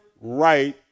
right